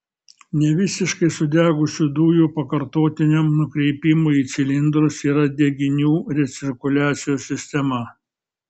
nevisiškai sudegusių dujų pakartotiniam nukreipimui į cilindrus yra deginių recirkuliacijos sistema